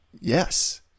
yes